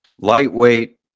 lightweight